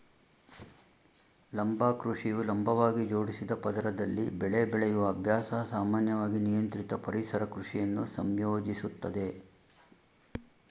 ಲಂಬ ಕೃಷಿಯು ಲಂಬವಾಗಿ ಜೋಡಿಸಿದ ಪದರದಲ್ಲಿ ಬೆಳೆ ಬೆಳೆಯುವ ಅಭ್ಯಾಸ ಸಾಮಾನ್ಯವಾಗಿ ನಿಯಂತ್ರಿತ ಪರಿಸರ ಕೃಷಿಯನ್ನು ಸಂಯೋಜಿಸುತ್ತದೆ